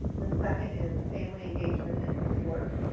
the second is family engagement and support.